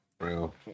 real